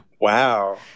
Wow